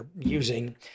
using